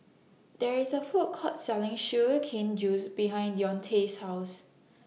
There IS A Food Court Selling Sugar Cane Juice behind Deontae's House